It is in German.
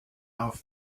auf